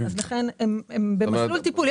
הם במסלול טיפול.